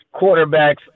quarterbacks